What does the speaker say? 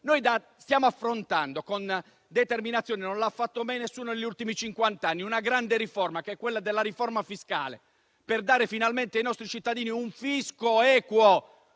Noi stiamo affrontando con determinazione, come non ha fatto mai nessuno negli ultimi cinquanta anni, una grande riforma, che è la riforma fiscale, per dare finalmente ai nostri cittadini un fisco equo.